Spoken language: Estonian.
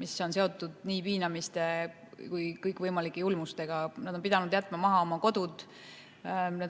mis on seotud nii piinamise kui kõikvõimalike muude julmustega. Nad on pidanud jätma maha oma kodud,